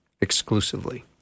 exclusively